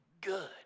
good